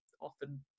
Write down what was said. often